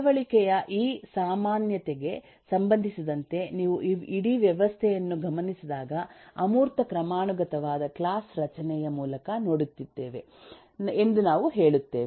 ನಡವಳಿಕೆಯ ಈ ಸಾಮಾನ್ಯತೆಗೆ ಸಂಬಂಧಿಸಿದಂತೆ ನೀವು ಇಡೀ ವ್ಯವಸ್ಥೆಯನ್ನು ಗಮನಿಸಿದಾಗ ಅಮೂರ್ತ ಕ್ರಮಾನುಗತವಾದ ಕ್ಲಾಸ್ ರಚನೆಯ ಮೂಲಕ ನೋಡುತ್ತಿತ್ತೇವೆ ಎಂದು ನಾವು ಹೇಳುತ್ತೇವೆ